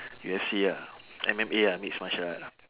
U_F_C ah M_M_A ah mix martial art lah